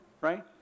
right